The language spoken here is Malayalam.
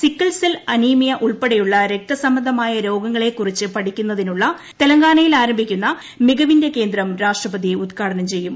സിക്കിൾ സെൽ അനിമിയ ഉൾപ്പെടെയുള്ള രക്തസംബന്ധമായ രോഗങ്ങളെ കുറിച്ച് പഠിക്കുന്നതിന് തെലങ്കാനയിൽ ആരംഭിക്കുന്ന മികവിന്റെ കേന്ദ്രം രാഷ്ട്രപതി ഉദ്ഘാടനം ചെയ്യും